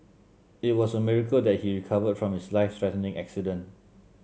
it was a miracle that he recovered from his life threatening accident